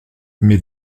mais